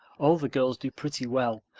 all the girls do pretty well.